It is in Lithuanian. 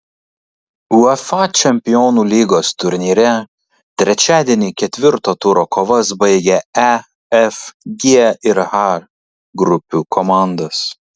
uefa čempionų lygos turnyre trečiadienį ketvirto turo kovas baigė e f g ir h grupių komandos